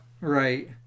Right